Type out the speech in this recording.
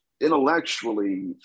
intellectually